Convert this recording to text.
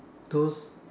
those